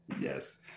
yes